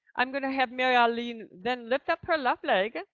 i'm going to have marilyn then lift up her left leg.